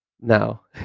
now